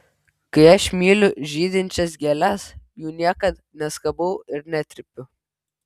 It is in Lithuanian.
kai aš myliu žydinčias gėles jų niekad neskabau ir netrypiu